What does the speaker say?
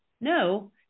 No